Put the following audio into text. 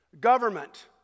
Government